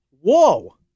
Whoa